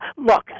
Look